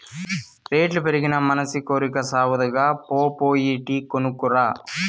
రేట్లు పెరిగినా మనసి కోరికి సావదుగా, పో పోయి టీ కొనుక్కు రా